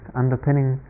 underpinning